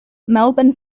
melbourne